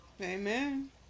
Amen